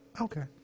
okay